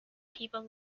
people